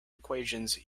equations